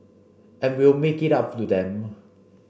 and we'll make it up to them